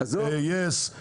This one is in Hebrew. יס,